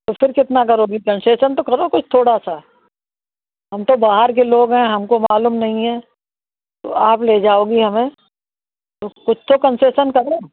उस तुम कितना करोगी कंसेशन तो करोगे थोड़ा सा हम तो बाहर के लोग है हमको मालूम नहीं है तो आप ले जाओगी हमें तो कुछ तो कंसेशन करो